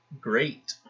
great